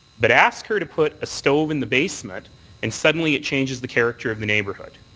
but ask her to put a stove in the basement and, suddenly, it changes the character of the neighbourhood.